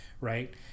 right